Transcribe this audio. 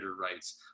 rights